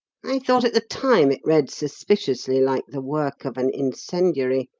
i thought at the time it read suspiciously like the work of an incendiary,